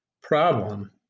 Problem